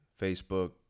Facebook